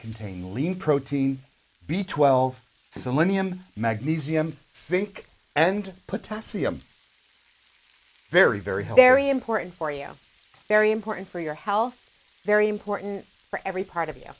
contain a lean protein b twelve selenium magnesium sink and put tassie i'm very very hairy important for you very important for your health very important for every part of you